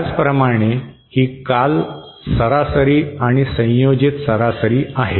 त्याचप्रमाणे ही काल सरासरी आणि संयोजित सरासरी आहे